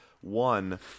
one